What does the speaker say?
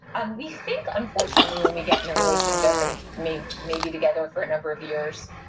and we think, unforunately, when we get in a relationship, and may may be together for a number of years,